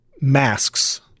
masks